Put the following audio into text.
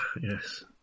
Yes